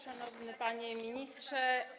Szanowny Panie Ministrze!